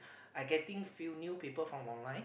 I getting few new people from online